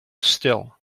still